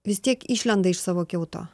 vis tiek išlenda iš savo kiauto